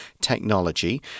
technology